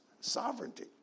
sovereignty